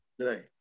today